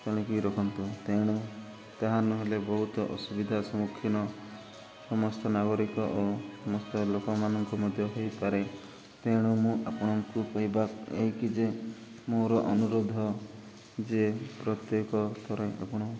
ଟାଣିକି ରଖନ୍ତୁ ତେଣୁ ତାହା ନହେଲେ ବହୁତ ଅସୁବିଧା ସମ୍ମୁଖୀନ ସମସ୍ତ ନାଗରିକ ଓ ସମସ୍ତ ଲୋକମାନଙ୍କୁ ମଧ୍ୟ ହୋଇପାରେ ତେଣୁ ମୁଁ ଆପଣଙ୍କୁ କହିବା ଏହିକି ଯେ ମୋର ଅନୁରୋଧ ଯେ ପ୍ରତ୍ୟେକ ଥରେ ଆପଣ